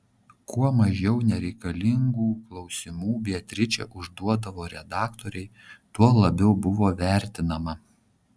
kuo mažiau nereikalingų klausimų beatričė užduodavo redaktorei tuo labiau buvo vertinama